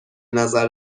نظر